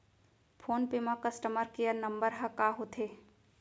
Phone पे म customer care number ह का होथे?